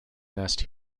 nest